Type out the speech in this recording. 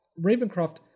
Ravencroft